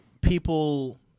people